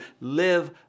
live